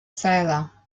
sailor